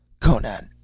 conan!